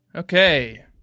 Okay